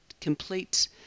complete